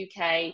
UK